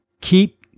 keep